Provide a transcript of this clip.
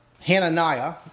Hananiah